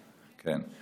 כן.